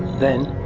then,